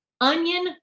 onion